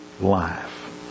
life